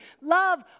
love